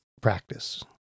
practice